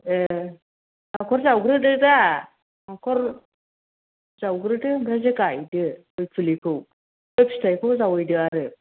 ए हाख'र जावग्रोदो दा हाख'र जावग्रोदो ओमफ्रायसो गायदो गय फुलिखौ बे फिथाइखौबो जावैदो आरो